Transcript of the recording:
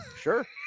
Sure